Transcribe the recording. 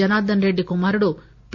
జనార్దనరెడ్డి కుమారుడు పి